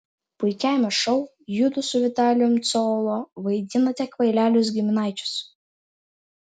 puikiajame šou judu su vitalijumi cololo vaidinate kvailelius giminaičius